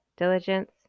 Diligence